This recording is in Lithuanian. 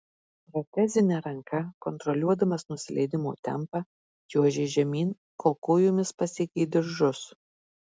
protezine ranka kontroliuodamas nusileidimo tempą čiuožė žemyn kol kojomis pasiekė diržus